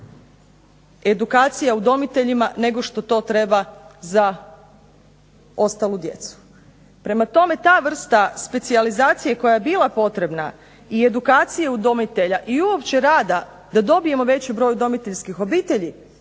edukacija udomiteljima nego što to treba za ostalu djecu. Prema tome ta vrsta specijalizacije koja je bila potrebna i edukacije udomitelja i uopće rada da dobijemo veći broj udomiteljskih obitelji